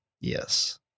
Yes